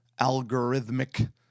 algorithmic